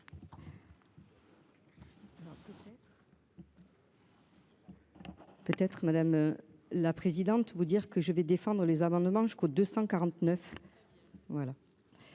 Peut être madame la présidente, vous dire que je vais défendre les amendements jusqu'au 249.